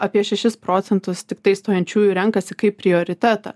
apie šešis procentus tiktai stojančiųjų renkasi kaip prioritetą